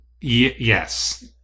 Yes